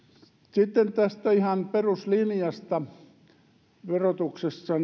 sitten ihan tästä peruslinjasta verotuksessa